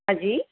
હાજી